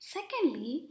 Secondly